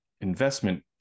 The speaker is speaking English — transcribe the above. investment